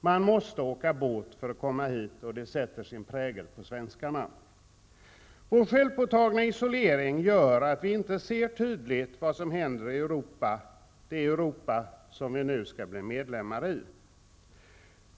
Man måste åka båt för att komma hit. Det sätter sin prägel på svenskarna. Vår självpåtagna isolering gör att vi inte ser tydligt vad som händer i Europa, det Europa som vi nu skall bli medlemmar i.